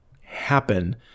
happen